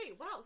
Wow